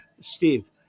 Steve